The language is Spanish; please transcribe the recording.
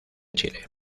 chile